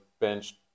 bench